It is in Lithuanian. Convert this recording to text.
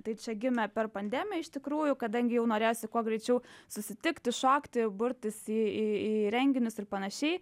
tai čia gimė per pandemiją iš tikrųjų kadangi jau norėjosi kuo greičiau susitikti šokti burtis į į į renginius ir panašiai